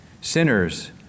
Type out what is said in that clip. sinners